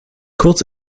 kurz